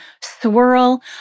swirl